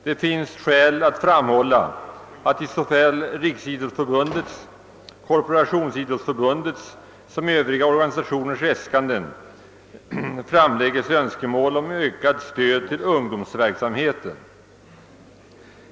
Det finns skäl att framhålla, att i såväl Riksidrottsförbundets som Korporationsidrottsförbundets och övriga organisationers äskanden framläggs önskemål om ökat stöd till ungdomsverksamheten.